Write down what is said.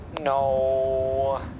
No